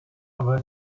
aber